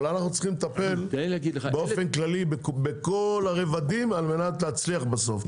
אבל אנחנו צריכים לטפל באופן כללי בכל הרבדים על מנת להצליח בסוף.